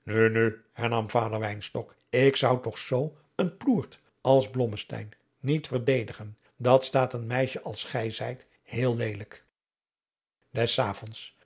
vader wsyntok ik zou toch zoo een ploert als blommesteyn niet verdedigen dat staat een meisje als gij zijt heel leelijk des avonds